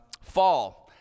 fall